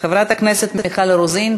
חברת הכנסת מיכל רוזין.